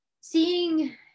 seeing